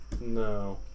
No